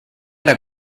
era